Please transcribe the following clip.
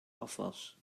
afwas